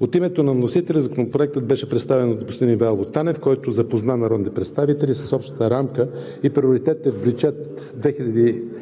От името на вносителя Законопроектът беше представен от господин Ивайло Танев, който запозна народните представители с общата рамка и приоритетите в бюджет 2021 г.,